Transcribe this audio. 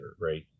right